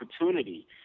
opportunity